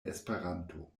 esperanto